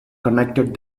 connected